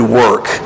work